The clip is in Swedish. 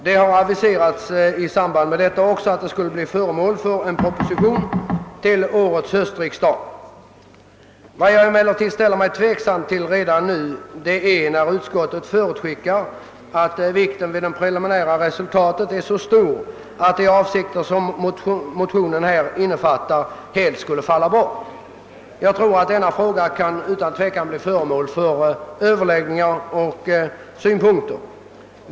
Det har i samband härmed också aviserats en proposition till årets höstriksdag. Vad jag ställer mig tveksam inför är utskottets uppfattning att vikten av att snabbt få fram det preliminära valresultatet är så stor att motionens syfte helt skulle bortfalla. Denna uppfattning kan utan tvivel bli föremål för diskussion.